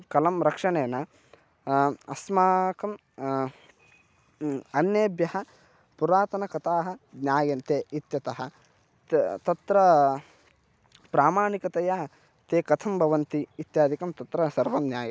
कलारक्षणेन अस्माकं अन्येभ्यः पुरातनकथाः ज्ञायन्ते इत्यतः त् तत्र प्रामाणिकतया ते कथं भवन्ति इत्यादिकं तत्र सर्वं ज्ञायते